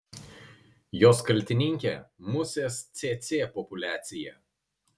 jos kaltininkė musės cėcė populiacija